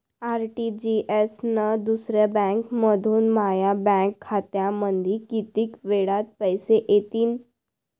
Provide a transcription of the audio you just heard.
RTGS न दुसऱ्या बँकेमंधून माया बँक खात्यामंधी कितीक वेळातं पैसे येतीनं?